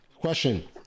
question